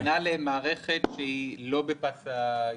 הכוונה למערכת שהיא לא בפס הייצור.